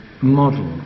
model